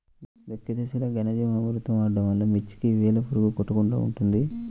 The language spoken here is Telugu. దుక్కి దశలో ఘనజీవామృతం వాడటం వలన మిర్చికి వేలు పురుగు కొట్టకుండా ఉంటుంది?